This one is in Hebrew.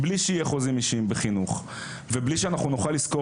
בלי שיהיו חוזים אישיים בחינוך ובלי שאנחנו נוכל לשכור